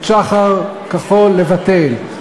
את "שח"ר כחול" לבטל,